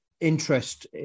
interest